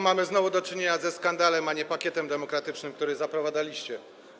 Mamy znowu do czynienia ze skandalem, a nie pakietem demokratycznym, który zapowiadaliście.